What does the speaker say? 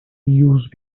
used